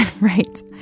Right